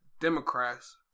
Democrats